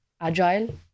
agile